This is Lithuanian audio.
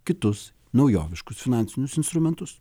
kitus naujoviškus finansinius instrumentus